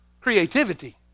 creativity